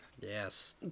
Yes